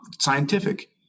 scientific